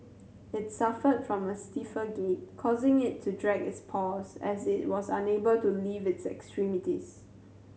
it suffered from a stiffer gait causing it to drag its paws as it was unable to lift its extremities